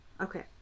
okay